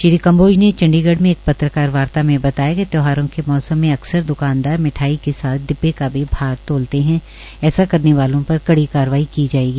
श्री कांबोज ने चंडीगढ़ में एक पत्रकारवार्ता में बताया कि कि त्यौहारों के मौसम में अकसर दुकानदार मिठाई के साथ डिब्बों का भार भी तोलते है ऐसा करने वालों पर कड़ी कारवाई की जायेगी